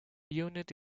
unit